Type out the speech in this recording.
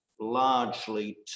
largely